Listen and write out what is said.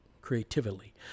creatively